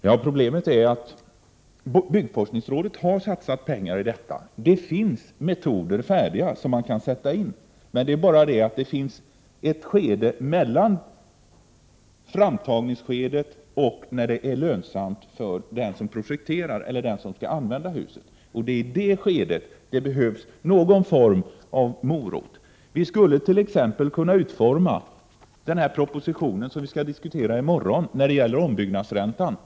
Herr talman! Byggforskningsrådet har satsat pengar på detta område, och det finns metoder som kan användas. Problemet är emellertid skedet mellan framtagningen av en ny teknik och den tid då det är lönsamt för den som projekterar eller skall använda ett hus att utnyttja den nya tekniken. Det är i det skedet det behövs någon form av morot. Jag kan ta ett exempel. Vi skall i morgon diskutera propositionsförslaget angående ombyggnadsräntan.